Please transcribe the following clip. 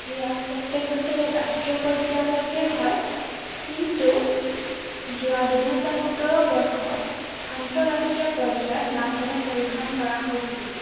ইয়াত প্ৰত্যেক বছৰে ৰাষ্ট্ৰীয় পৰ্যায়াললৈকে হয় কিন্তু যোৱা দুহেজাৰ সোতৰ বৰ্ষত আন্তঃৰাষ্ট্ৰীয় পৰ্যায়ত নাটসমূহ পৰিৱেশন কৰা হৈছিল